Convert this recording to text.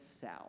south